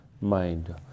mind